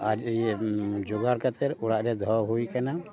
ᱟᱨ ᱤᱭᱟᱹ ᱡᱚᱜᱟᱲ ᱠᱟᱛᱮ ᱚᱲᱟᱜ ᱨᱮ ᱫᱚᱦᱚ ᱦᱩᱭᱟᱠᱟᱱᱟ